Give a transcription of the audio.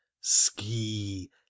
ski